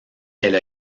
elle